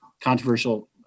controversial